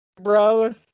brother